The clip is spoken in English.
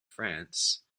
france